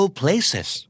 places